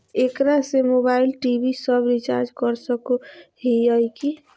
एकरा से mobile TV सब रिचार्ज कर सको हियै की?